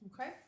Okay